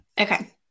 Okay